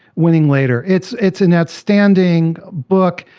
winning later. it's it's an outstanding book.